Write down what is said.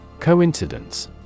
Coincidence